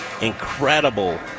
incredible